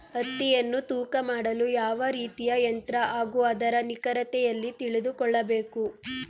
ಹತ್ತಿಯನ್ನು ತೂಕ ಮಾಡಲು ಯಾವ ರೀತಿಯ ಯಂತ್ರ ಹಾಗೂ ಅದರ ನಿಖರತೆ ಎಲ್ಲಿ ತಿಳಿದುಕೊಳ್ಳಬೇಕು?